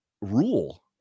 rule